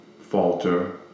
falter